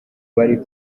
bari